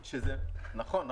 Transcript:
נכון.